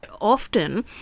Often